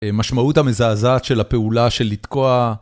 משמעות המזעזעת של הפעולה של לתקוע.